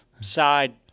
side